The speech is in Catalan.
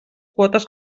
quotes